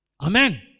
Amen